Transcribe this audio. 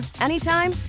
anytime